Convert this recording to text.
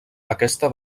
aquesta